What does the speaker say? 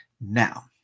now